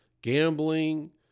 gambling